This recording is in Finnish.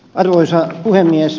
arvoisa puhemies